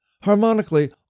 Harmonically